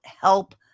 help